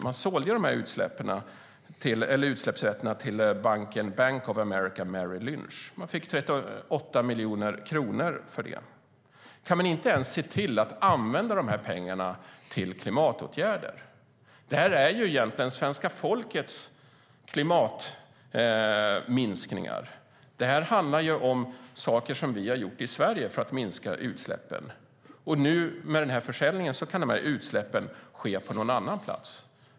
Man sålde ju utsläppsrätterna till Bank of America Merrill Lynch och fick 38 miljoner kronor för dem. Kan man inte se till att använda pengarna till klimatåtgärder? Det är ju egentligen svenska folkets klimatminskningar. Det handlar ju om saker som vi har gjort i Sverige för att minska utsläppen. Med försäljningen kan nu utsläppen ske på någon annan plats.